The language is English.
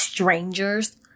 Strangers